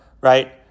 right